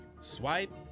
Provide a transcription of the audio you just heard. Swipe